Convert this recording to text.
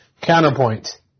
Counterpoint